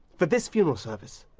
for this funeral service?